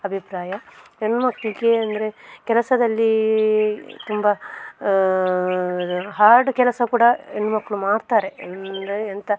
ಅಭಿಪ್ರಾಯ ಹೆಣ್ಮಕ್ಳಿಗೆ ಅಂದರೆ ಕೆಲಸದಲ್ಲಿ ತುಂಬ ಹಾರ್ಡ್ ಕೆಲಸ ಕೂಡ ಹೆಣ್ಮಕ್ಳು ಮಾಡ್ತಾರೆ ಅಂದರೆ ಎಂಥ